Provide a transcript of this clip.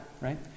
right